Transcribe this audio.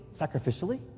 sacrificially